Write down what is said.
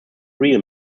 real